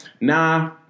Nah